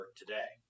today